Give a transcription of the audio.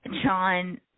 John